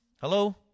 Hello